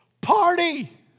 party